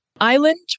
island